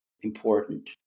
important